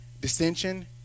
dissension